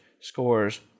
Scores